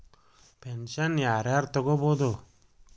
Pension ಯಾರ್ ಯಾರ್ ತೊಗೋಬೋದು?